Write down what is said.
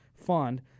fund